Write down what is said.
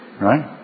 Right